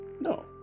No